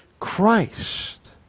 Christ